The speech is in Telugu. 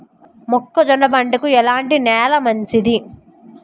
మొక్క జొన్న పంటకు ఎలాంటి నేల మంచిది?